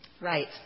right